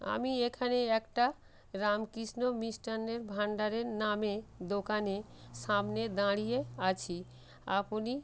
আমি এখানে একটা রামকৃষ্ণ মিষ্টান্নের ভাণ্ডারের নামে দোকানে সামনে দাঁড়িয়ে আছি আপনি